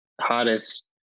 hottest